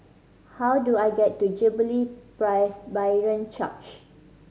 how do I get to Jubilee Presbyterian Church